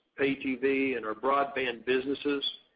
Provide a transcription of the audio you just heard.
pay tv and our broadband businesses,